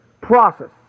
Process